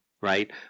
Right